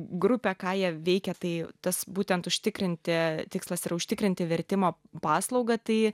grupę ką jie veikia tai tas būtent užtikrinti tikslas yra užtikrinti vertimo paslaugą tai